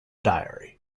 diary